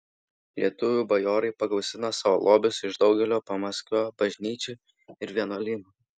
lietuvių bajorai pagausino savo lobius iš daugelio pamaskvio bažnyčių ir vienuolynų